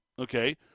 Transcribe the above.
okay